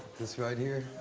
this right here.